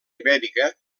ibèrica